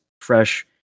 fresh